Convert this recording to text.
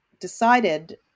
Decided